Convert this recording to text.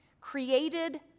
Created